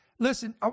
Listen